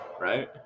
right